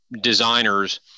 designers